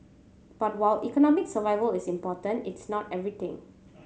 but while economic survival is important it's not everything